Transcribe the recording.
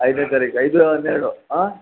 ಐದನೇ ತಾರೀಖ ಐದು ಹನ್ನೆರಡು ಆಂ